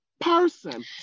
person